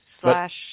slash